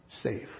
safe